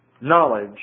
knowledge